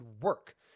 work